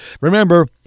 Remember